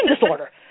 Disorder